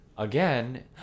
Again